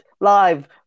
live